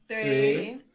three